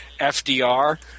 FDR